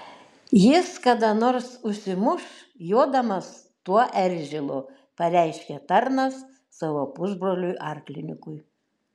jis kada nors užsimuš jodamas tuo eržilu pareiškė tarnas savo pusbroliui arklininkui